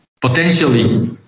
potentially